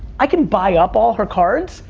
i can buy up all her cards,